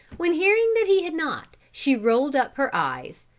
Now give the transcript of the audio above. when hearing that he had not, she rolled up her eyes,